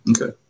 Okay